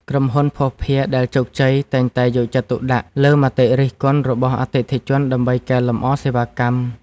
ក្រុមហ៊ុនភស្តុភារដែលជោគជ័យតែងតែយកចិត្តទុកដាក់លើមតិរិះគន់របស់អតិថិជនដើម្បីកែលម្អសេវាកម្ម។